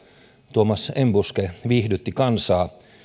tuomas enbuske viihdytti kansaa